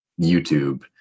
YouTube